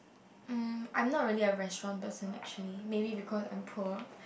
mm I am not a really restaurant person actually maybe because I am poor